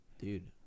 dude